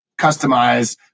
customize